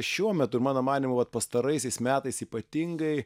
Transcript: šiuo metu ir mano manymu vat pastaraisiais metais ypatingai